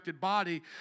body